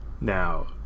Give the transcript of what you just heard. Now